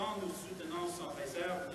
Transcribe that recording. ברוכים הבאים.